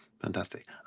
Fantastic